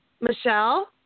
Michelle